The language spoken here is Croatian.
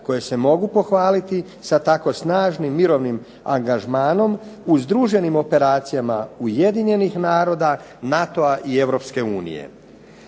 koje se mogu pohvaliti sa tako snažnim mirovnim angažmanom u združenim operacijama Ujedinjenih naroda, NATO-a i